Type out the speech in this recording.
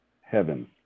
Heaven